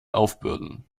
aufbürden